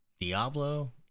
Diablo